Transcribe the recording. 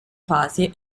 fase